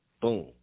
Boom